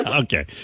Okay